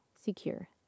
secure